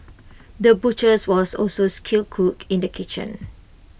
the butchers was also A skilled cook in the kitchen